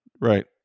right